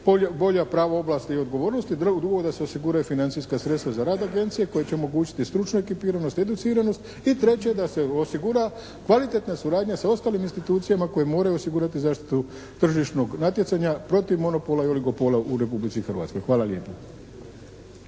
bolja prava, ovlasti i odgovornosti. Drugo da se osiguraju financijska sredstva za rad agencije koji će omogućiti stručnjake, … /Govornik se ne razumije./ … educiranost. I treće da se osigura kvalitetna suradnja sa ostalim institucijama koje moraju osigurati zaštitu tržišnog natjecanja protiv monopola ili oligopola u Republici Hrvatskoj. Hvala lijepo.